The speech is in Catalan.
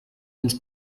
uns